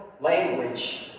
language